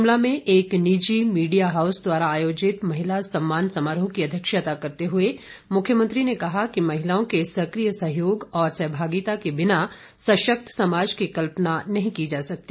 शिमला में एक निजी मीडिया हाऊस द्वारा आयोजित महिला सम्मान समारोह की अध्यक्षता करते हुए मुख्यमंत्री ने कहा कि महिलाओं के सक्रिय सहयोग और सहभागिता के बिना सशक्त समाज की कल्पना नहीं की जा सकती